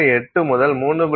8 முதல் 3